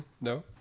No